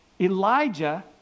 Elijah